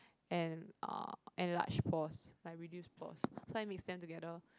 and uh enlarge pores like reduce pores so I mix them together